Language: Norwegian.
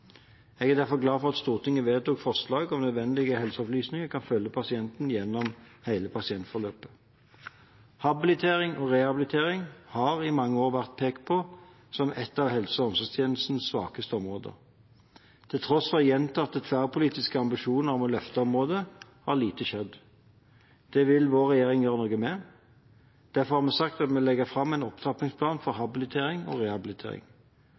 Jeg er derfor glad for at Stortinget vedtok forslaget om at nødvendige helseopplysninger kan følge pasienten gjennom hele pasientforløpet. Habilitering og rehabilitering har i mange år vært pekt på som et av helse- og omsorgstjenestens svakeste områder. Til tross for gjentatte tverrpolitiske ambisjoner om å løfte området, har lite skjedd. Det vil vår regjering gjøre noe med. Derfor har vi sagt at vi vil legge fram en opptrappingsplan for habilitering og rehabilitering.